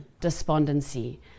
despondency